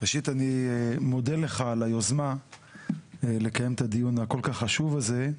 אני מודה לך על היוזמה לקיים את הדיון הכל כך חשוב הזה,